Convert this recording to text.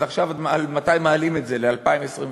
אז עכשיו, למתי מעלים את זה, ל-2023?